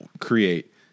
create